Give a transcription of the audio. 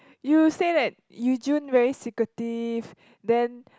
you say that Yu-Jun very secretive then